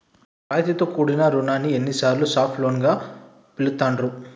రాయితీతో కూడిన రుణాన్ని కొన్నిసార్లు సాఫ్ట్ లోన్ గా పిలుత్తాండ్రు